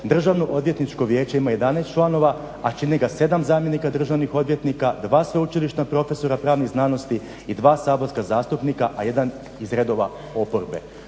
Državno odvjetničko vijeće ima 11 članova a čine ga 7 zamjenika državnih odvjetnika, 2 sveučilišna profesora pravnih znanosti i 2 saborska zastupnika a jedan iz redova oporbe.